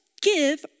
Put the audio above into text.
give